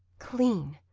clean.